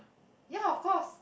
ya of course